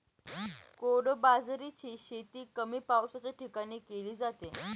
कोडो बाजरीची शेती कमी पावसाच्या ठिकाणी केली जाते